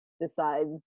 decide